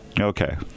Okay